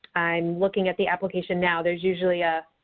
i'm looking at the application now. there's usually a